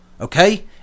Okay